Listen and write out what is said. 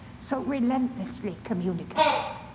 so relentlessly communicative.